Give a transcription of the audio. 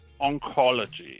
oncology